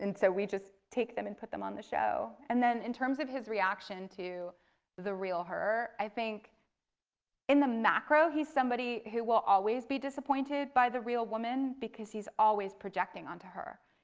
and so we just take them and put them on the show. and then in terms of his reaction to the real her, i think in the macro he's somebody who will be always be disappointed by the real woman because he's always projecting onto her.